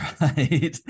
right